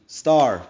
star